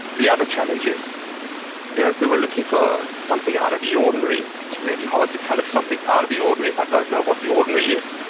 the other challenge is yeah if we were looking for something out of the ordinary, it's really hard to tell if something's out of the ordinary if i don't know what the ordinary is.